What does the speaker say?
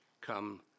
come